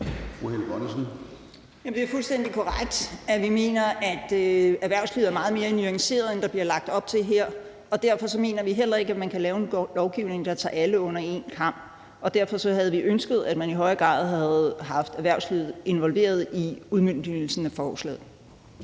Det er fuldstændig korrekt, at vi mener, at erhvervslivet er meget mere nuanceret, end der bliver lagt op til her, og derfor mener vi heller ikke, at man kan lave en lovgivning, der skærer alle over én kam. Derfor havde vi ønsket, at man i højere grad havde haft erhvervslivet involveret i udmøntningen af forslaget